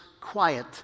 quiet